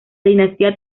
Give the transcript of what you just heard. dinastía